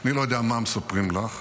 אני לא יודע מה מספרים לך,